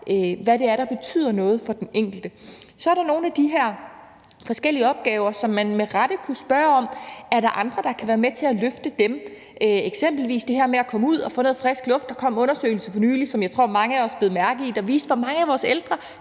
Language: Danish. er så fint ved klippekortsordningen. Så er der nogle af de her forskellige opgaver, som man med rette kunne spørge om der er andre der kunne være med til at løfte – eksempelvis det her med at komme ud og få noget frisk luft. Der kom en undersøgelse for nylig, som jeg tror mange af os bed mærke i, og som viste, hvor mange af vores ældre,